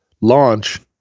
launch